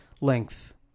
length